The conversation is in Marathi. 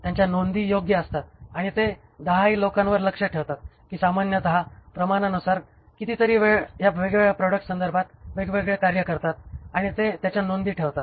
त्यांच्या नोंदी योग्य असतात आणि ते दहाही लोकांवर लक्ष ठेवतात की सामान्यत प्रमाणानुसार कितीतरी वेळ या वेगवेगळ्या प्रॉडक्ट्स संदर्भात वेगवेगळे कार्य करतात आणि ते त्याच्या नोंदी ठेवतात